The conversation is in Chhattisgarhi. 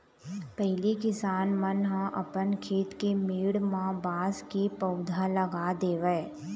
पहिली किसान मन ह अपन खेत के मेड़ म बांस के पउधा लगा देवय